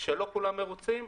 שלא כולם מרוצים.